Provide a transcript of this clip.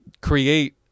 create